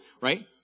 right